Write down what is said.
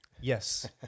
Yes